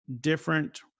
different